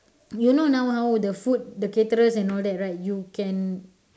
you know now how the food the caterers and all that right you can